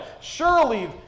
Surely